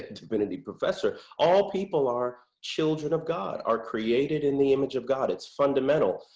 divinity professor all people are children of god, are created in the image of god. it's fundamental,